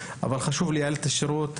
אבל חשוב לייעל את השירות,